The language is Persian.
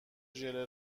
ژله